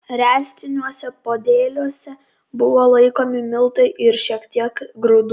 ręstiniuose podėliuose buvo laikomi miltai ir šiek tiek grūdų